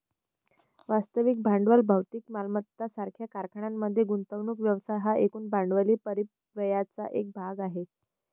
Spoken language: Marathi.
वास्तविक भांडवल भौतिक मालमत्ता सारख्या कारखान्यांमध्ये गुंतवणूक व्यवसाय हा एकूण भांडवली परिव्ययाचा एक भाग आहे